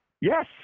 yes